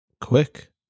Quick